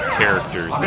characters